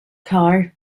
car